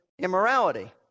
immorality